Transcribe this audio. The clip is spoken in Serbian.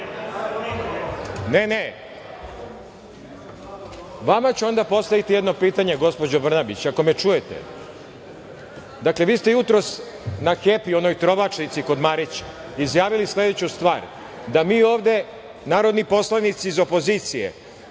Ne, ne. Vama ću onda postaviti jedno pitanje gospođo Brnabić ako me čujete. Dakle, vi ste jutros na „Happy-ju“ na onoj trovačnici kod Marića izjavili sledeću stvar – da mi ovde narodni poslanici iz opozicije